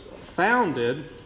founded